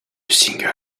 single